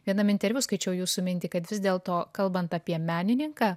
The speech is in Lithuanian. vienam interviu skaičiau jūsų mintį kad vis dėlto kalbant apie menininką